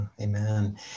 Amen